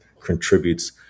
contributes